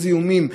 הזיהומים,